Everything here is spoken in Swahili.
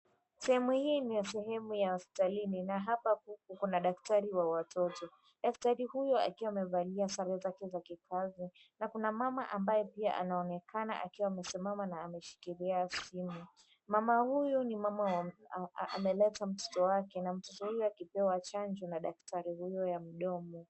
Sehemu hii ni sehemu ya hospitalini. Na hapa kuna daktari wa watoto. Daktari huyu akiwa amevalia sare zake za kikazi. Na kuna mama pia anaonekana akiwa amesimama na ameshikilia simu, mama huyu ni mama ameleta mtoto wake, na mtoto huyu akipewa chanjo na daktari huyo ya mdomo.